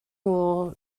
wool